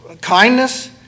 kindness